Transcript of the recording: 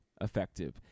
effective